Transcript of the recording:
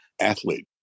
athlete